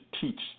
teach